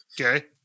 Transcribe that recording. Okay